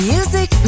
Music